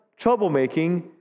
troublemaking